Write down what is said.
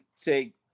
take